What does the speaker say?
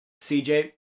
CJ